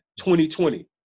2020